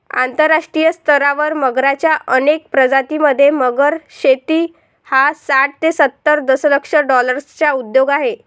आंतरराष्ट्रीय स्तरावर मगरच्या अनेक प्रजातीं मध्ये, मगर शेती हा साठ ते सत्तर दशलक्ष डॉलर्सचा उद्योग आहे